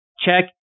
check